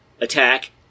attack